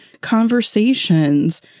conversations